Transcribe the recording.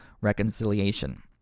reconciliation